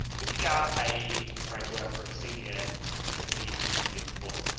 picking out a framework or a cdn can be really important.